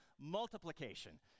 multiplication